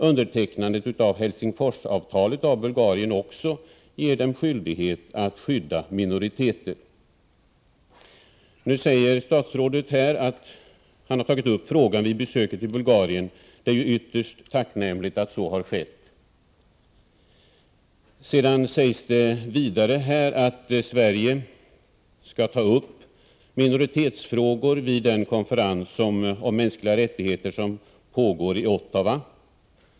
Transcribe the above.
Undertecknandet av Helsingforsavtalet ger även Bulgarien skyldighet att skydda minoriteter. Nu säger statsrådet att han har tagit upp frågan vid besöket i Bulgarien. Det är ytterst tacknämligt att så har skett. Vidare sägs det i svaret att Sverige skall ta upp minoritetsfrågor vid den konferens om mänskliga rättigheter som pågår i Ottawa.